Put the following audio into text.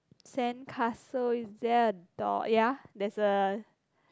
sandcastle is there a door ya there's a